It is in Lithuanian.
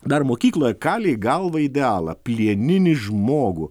dar mokykloje kalė į galvą idealą plieninį žmogų